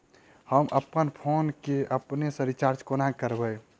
हम अप्पन फोन केँ अपने सँ रिचार्ज कोना करबै?